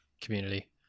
community